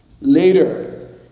Later